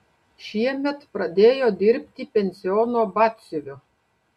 šiemet pradėjo dirbti pensiono batsiuviu